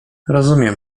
rozumiem